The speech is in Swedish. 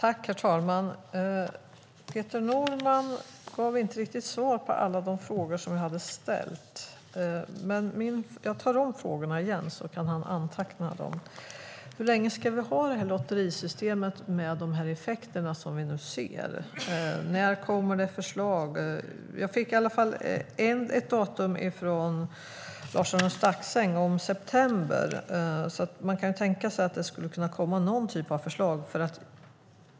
Herr talman! Peter Norman gav inte riktigt svar på alla de frågor som jag hade ställt. Jag tar om frågorna igen, så kan han anteckna dem. Hur länge ska vi ha lotterisystemet med de effekter som vi nu ser? När kommer det förslag? Jag fick i varje fall ett datum från Lars-Arne Staxäng om september. Man kan tänka sig att det skulle kunna komma någon typ av förslag.